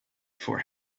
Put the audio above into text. for